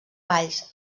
valls